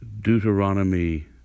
deuteronomy